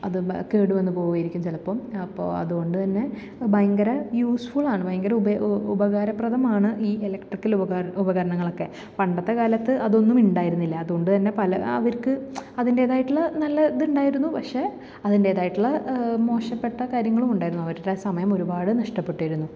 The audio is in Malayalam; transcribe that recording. അത് കേട് വന്ന് പോവേയിരിക്കും ചിലപ്പം അപ്പോൾ അത് കൊണ്ട് തന്നെ ഭയങ്കര യൂസ് ഫുള്ളാണ് ഭയങ്കര ഉപകാര ഉപകാരപ്രദമാണ് ഈ എലക്ട്രിക്കൽ ഉപകരണങ്ങളക്കെ പണ്ടത്തെ കാലത്ത് അതൊന്നും ഉണ്ടായിരുന്നില്ല അതുകൊണ്ട് തന്നെ പല അവർക്ക് അതിൻറ്റേതായിട്ടുള്ള നല്ല ഇതുണ്ടായിരുന്നു പക്ഷേ അതിൻറ്റേതായിട്ടുള്ള മോശപ്പെട്ട കാര്യങ്ങളുമുണ്ടായിരുന്നു അവരുടെ സമയം ഒരുപാട് നഷ്ടപ്പെട്ടിരുന്നു